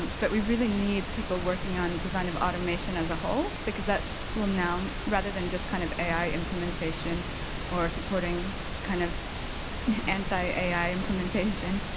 but we really need people working on design of automation as a whole, because that will now, rather than just kind of ai implementation or supporting kind of anti-ai implementation.